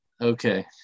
Okay